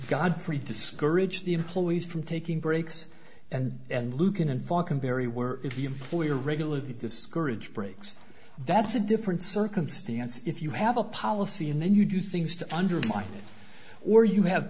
godfrey discourage the employees from taking breaks and and lucan and fuckin very were if the employer regularly discouraged breaks that's a different circumstance if you have a policy and then you do things to undermine or you have